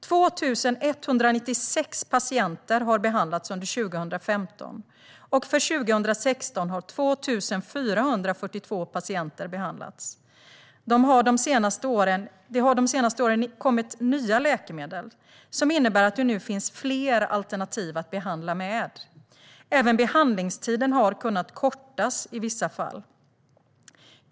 2 196 patienter har behandlats under 2015, och under 2016 har 2 442 patienter behandlats. Det har de senaste åren kommit nya läkemedel som innebär att det nu finns fler alternativ att behandla med. Även behandlingstiden har kunnat kortas i vissa fall.